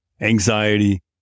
anxiety